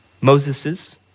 Moses's